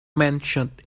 mentioned